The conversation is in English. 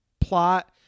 plot